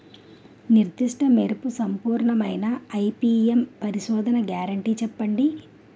నిర్దిష్ట మెరుపు సంపూర్ణమైన ఐ.పీ.ఎం పరిశోధన గ్యారంటీ చెప్పండి?